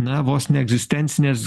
na vos ne egzistencines